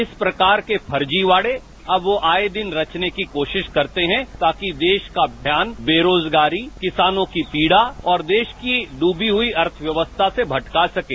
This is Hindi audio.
इस प्रकार के फर्जीवाड़े अब वो आए दिन रचने की कोशिश करते हैं तार्क देश का ध्यान बेरोजगारी किसानों की पीड़ा और देश की डूबी हुई अर्थव्यवस्था से मटका सकें